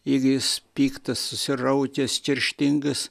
jeigu jis piktas susiraukęs kerštingas